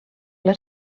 let